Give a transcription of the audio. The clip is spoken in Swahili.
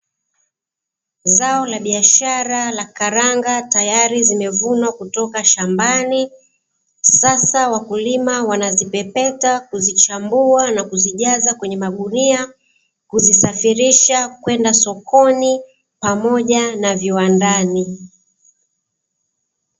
Zao la biashara la karanga tayari limevunwa kutoka shambani. Sasa wakulima wanazipepeta, kuzichambua na kuzijaza kwenye magunia; kuzisafirisha kwenda sokoni pamoja na viwandani.